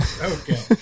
Okay